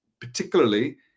Particularly